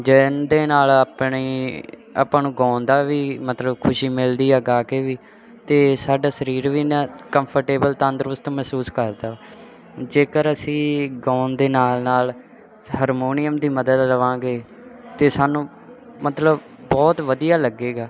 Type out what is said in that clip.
ਜਿਹਨ ਦੇ ਨਾਲ ਆਪਣੀ ਆਪਾਂ ਨੂੰ ਗਾਉਣ ਦਾ ਵੀ ਮਤਲਬ ਖੁਸ਼ੀ ਮਿਲਦੀ ਆ ਗਾ ਕੇ ਵੀ ਅਤੇ ਸਾਡਾ ਸਰੀਰ ਵੀ ਨਾ ਕੰਫਰਟੇਬਲ ਤੰਦਰੁਸਤ ਮਹਿਸੂਸ ਕਰਦਾ ਵਾ ਜੇਕਰ ਅਸੀਂ ਗਾਉਣ ਦੇ ਨਾਲ ਨਾਲ ਹਾਰਮੋਨੀਅਮ ਦੀ ਮਦਦ ਲਵਾਂਗੇ ਤਾਂ ਸਾਨੂੰ ਮਤਲਬ ਬਹੁਤ ਵਧੀਆ ਲੱਗੇਗਾ